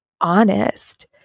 honest